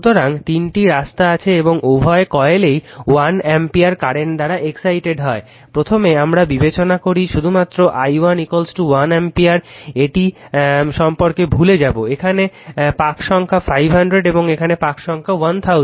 সুতরাং তিনটি রাস্তা আছে এবং উভয় কয়েলই 1 অ্যাম্পিয়ার কারেন্ট দ্বারা এক্সাইটেড হয় প্রথমে আমরা বিবেচনা করি শুধুমাত্র i1 1 অ্যাম্পিয়ার এটি সম্পর্কে ভুলে যাবো এখানে পাক সংখ্যা 500 এবং এখানে পাক সংখ্যা 1000